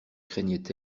craignait